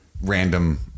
random